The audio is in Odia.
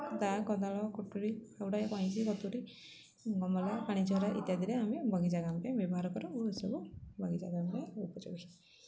ଦାଆ କୋଦାଳ କୁଟୁୁରୀ ଫାଉଡ଼ା ଏ କଇଁଚି କତୁୁରୀ ଗମଲା ପାଣିଝରା ଇତ୍ୟାଦିରେ ଆମେ ବଗିଚା କାମ ପାଇଁ ବ୍ୟବହାର କରୁ ଏ ସବୁ ବଗିଚା କାମ ପାଇଁ ଉପଯୋଗୀ